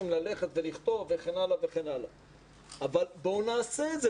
אבל בואו נעשה את זה,